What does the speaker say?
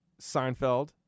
Seinfeld